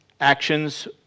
actions